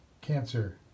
cancer